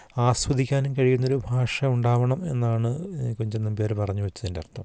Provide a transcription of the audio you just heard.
ആസ്വദിക്കാനും കഴിയുന്ന ഒരു ഭാഷ ഉണ്ടാവണം എന്നാണ് കുഞ്ചൻ നമ്പ്യാർ പറഞ്ഞു വച്ചതിൻ്റെ അർത്ഥം